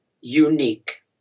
unique